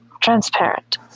transparent